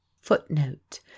footnote